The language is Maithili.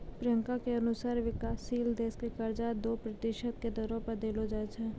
प्रियंका के अनुसार विकाशशील देश क कर्जा दो प्रतिशत के दरो पर देलो जाय छै